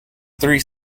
three